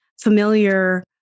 familiar